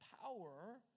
power